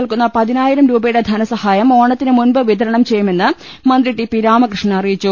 നൽകുന്ന പതിനായിരം രൂപയുടെ ധനസ്ഹായം ഓണത്തിന് മുൻപ് വിതരണം ചെയ്യുമെന്ന് മന്ത്രി ടി പിർാമകൃഷ്ണൻ അറിയിച്ചു